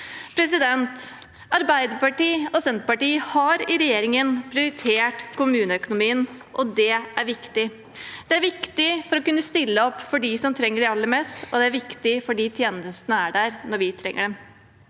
Arbeiderpartiet og Senterpartiet har i regjering prioritert kommuneøkonomien, og det er viktig. Det er viktig for å kunne stille opp for dem som trenger det aller mest, og det er viktig for at tjenestene er der når vi trenger dem.